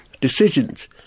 decisions